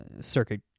circuit